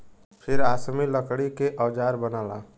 फिर आसमी लकड़ी के औजार बनला